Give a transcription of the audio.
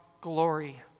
glory